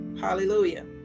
hallelujah